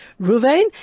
Ruvain